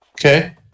Okay